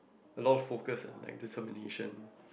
a lot of focus and like determination